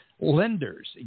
lenders